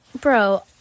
Bro